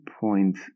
point